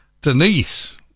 Denise